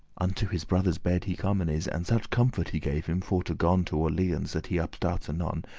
unto his brother's bed he comen is, and such comfort he gave him, for to gon to orleans, that he upstart anon,